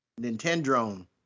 Nintendo